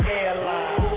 airline